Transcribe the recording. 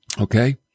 Okay